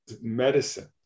medicine